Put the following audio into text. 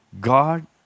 God